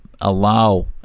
allow